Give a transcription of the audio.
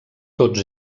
tots